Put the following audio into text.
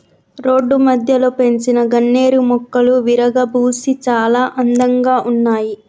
road మధ్యలో పెంచిన గన్నేరు మొక్కలు విరగబూసి చాలా అందంగా ఉన్నాయి